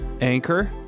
anchor